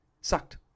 sucked